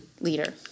leader